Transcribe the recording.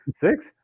six